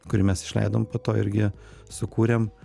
kurį mes išleidom po to irgi sukūrėm